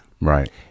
Right